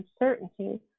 uncertainty